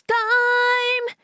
time